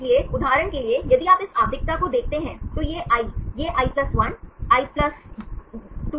इसलिए उदाहरण के लिए यदि आप इस आवधिकता को देखते हैं तो यह i यह i 1 i 2 i 3 i 4 और i 5 है